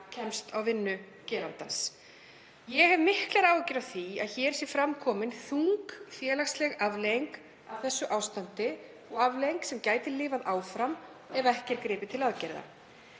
komist á vinnu gerandans. Ég hef miklar áhyggjur af því að hér sé fram komin þung, félagsleg afleiðing af þessu ástandi, afleiðing sem gæti lifað áfram ef ekki verður gripið til aðgerða.